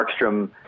Markstrom